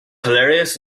hilarious